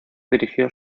dirigió